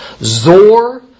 Zor